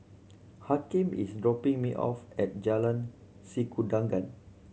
Hakim is dropping me off at Jalan Sikudangan